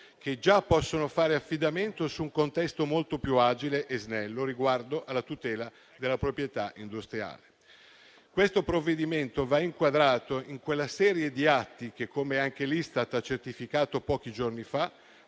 che già possono fare affidamento su un contesto molto più agile e snello riguardo alla tutela della proprietà industriale. Questo provvedimento va inquadrato in quella serie di atti che, come anche l'Istat ha certificato pochi giorni fa,